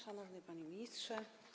Szanowny Panie Ministrze!